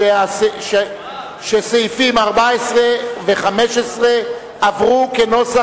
סעיפים 14 15, כהצעת